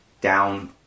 down